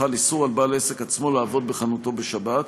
חל איסור על בעל העסק עצמו לעבוד בחנותו בשבת.